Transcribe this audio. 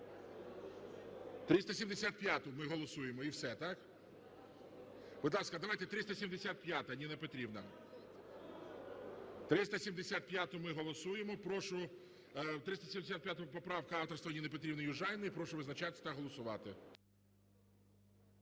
375-у ми голосуємо і все. Будь ласка, давайте 375-а, Ніна Петрівна. 375-у ми голосуємо. Прошу 375 поправка авторства Ніни Петрівни Южаніної. Прошу визначатися та голосувати.